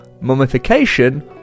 mummification